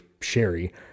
sherry